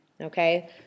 Okay